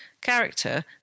Character